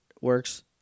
works